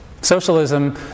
Socialism